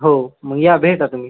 हो मग या भेटा तुम्ही